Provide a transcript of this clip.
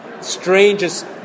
strangest